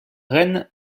reine